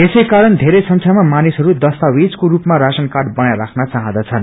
यसैकारण बेरै संख्यामा मानिसहरू दस्तावेजको रूपमा राशन कार्ड बनाई राष्ट्रा चहाँदछन्